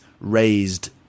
raised